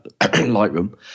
Lightroom